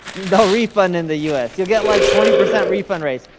they'll refund in the us, you'll get like twenty percent refund rates.